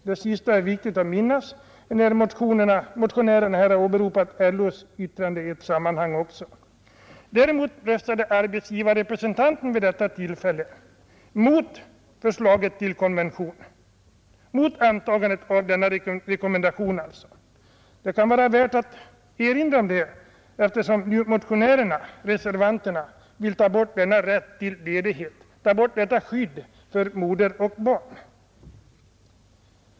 Det sista är viktigt att minnas, därför att motionärerna här har åberopat LO:s yttrande i ett sammanhang. Däremot röstade arbetsgivarrepresentanten vid detta tillfälle mot förslaget till konvention, dvs. mot antagandet av denna rekommendation. Det kan vara värt att erinra om det, eftersom motionärerna och reservanterna vill ta bort denna rätt till ledighet, ta bort detta skydd för moder och barn.